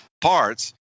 parts